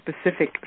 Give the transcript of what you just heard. specific